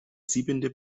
siebente